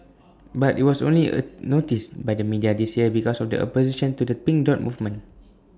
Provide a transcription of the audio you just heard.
but IT was only A noticed by the media this year because of the opposition to the pink dot movement